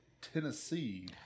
Tennessee